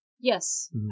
Yes